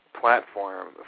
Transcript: platform